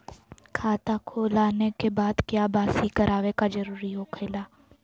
खाता खोल आने के बाद क्या बासी करावे का जरूरी हो खेला?